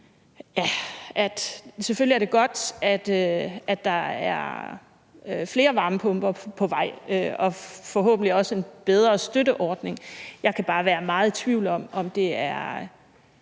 det selvfølgelig er godt, at der er flere varmepumper på vej og forhåbentlig også en bedre støtteordning, men jeg kan bare være meget i tvivl om, om det alene